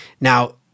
Now